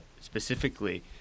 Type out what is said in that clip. specifically